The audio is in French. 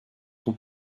son